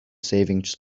savings